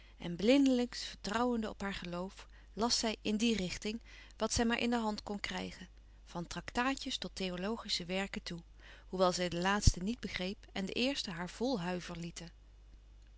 en blindelings vertrouwende op haar geloof las zij in die richting wat zij louis couperus van oude menschen de dingen die voorbij gaan maar in de hand kon krijgen van tractaatjes tot theologische werken toe hoewel zij de laatste niet begreep en de eerste haar vol